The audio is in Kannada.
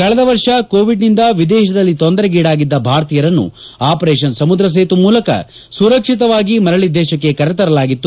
ಕಳೆದ ವರ್ಷ ಕೊವಿಡ್ನಿಂದ ವಿದೇತದಲ್ಲಿ ತೊಂದರೆಗೀಡಾಗಿದ್ದ ಭಾರತೀಯರನ್ನು ಆಪರೇಷನ್ ಸಮುದ್ರ ಸೇತು ಮೂಲಕ ಸುರಕ್ಷತವಾಗಿ ಮರಳ ದೇಶಕ್ಕೆ ಕರೆ ತರಲಾಗಿತ್ತು